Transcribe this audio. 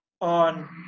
on